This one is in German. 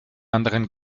anderen